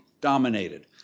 dominated